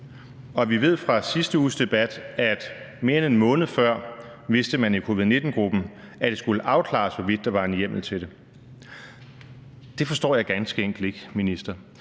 Og vi ved fra sidste uges debat, at mere end en måned før vidste man i covid-19-gruppen, at det skulle afklares, hvorvidt der var en hjemmel til det. Det forstår jeg ganske enkelt ikke, minister.